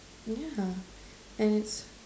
yeah and it's